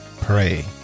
pray